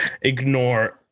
ignore